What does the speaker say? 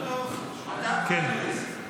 מתי הפריימריז?